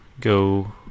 go